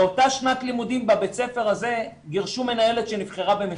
באותה שנת לימודים בבית ספר הזה גירשו מנהלת שנבחרה במכרז.